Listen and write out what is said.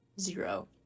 zero